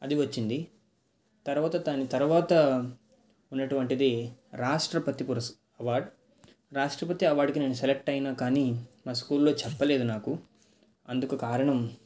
అది వచ్చింది తరువాత దాని తరువాత ఉన్నటువంటి రాష్ట్రపతి పురస్ అవార్డ్ రాష్ట్రపతి అవార్డ్కి నేను సెలెక్ట్ అయినా కానీ మా స్కూల్లో చెప్పలేదు నాకు అందుకు కారణం